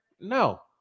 No